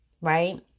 right